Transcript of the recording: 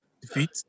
defeat